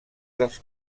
dels